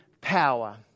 power